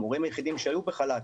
המורים היחידים שהיו בחל"ת.